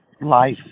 life